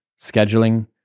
scheduling